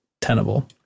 tenable